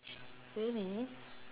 really